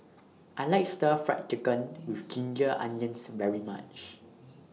I like Stir Fry Chicken with Ginger Onions very much